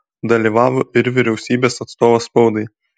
dalyvavo ir vyriausybės atstovas spaudai